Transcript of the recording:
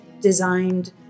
designed